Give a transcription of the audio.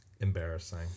Embarrassing